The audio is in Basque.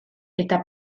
eta